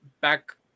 back